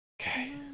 Okay